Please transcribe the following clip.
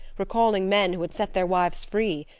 recalling men who had set their wives free,